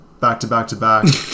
back-to-back-to-back